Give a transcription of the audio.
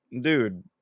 dude